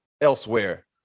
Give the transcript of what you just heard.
elsewhere